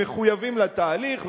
מחויבים לתהליך,